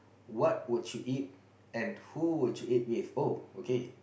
what would you eat and who would you eat with oh okay